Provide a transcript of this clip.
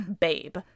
babe